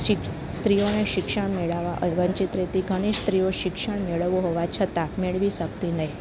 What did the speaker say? સ્ત્રીઓને શિક્ષણ મેળવવા વંચિત રીતે ઘણી સ્ત્રીઓ શિક્ષણ મેળવવો હોવા છતાં મેળવી શકતી નહીં